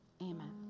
amen